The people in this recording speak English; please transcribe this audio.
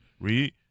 Read